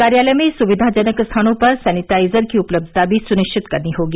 कार्यालय में सुविधाजनक स्थानों पर सैनिटाइजर की उपलब्धता भी सुनिश्चित करनी होगी